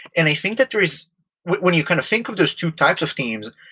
and i think that there's when you kind of think of those two types of teams,